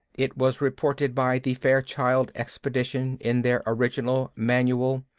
it was reported by the fairchild expedition in their original manual.